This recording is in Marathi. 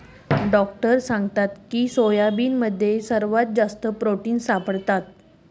डाक्टरनी सांगकी सोयाबीनमा सरवाथून जास्ती प्रोटिन सापडंस